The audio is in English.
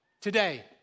Today